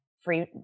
free